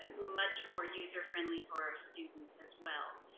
much more user-friendly for our students as well.